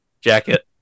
Jacket